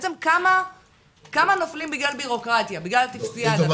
בעצם כמה נופלים בגלל ביורוקרטיה, בגלל טופסיאדה?